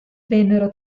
vennero